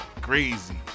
crazy